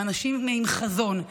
הם אנשים עם חזון,